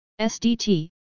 SDT